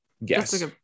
yes